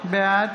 בעד